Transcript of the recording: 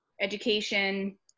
education